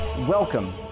Welcome